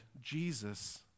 Jesus